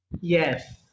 Yes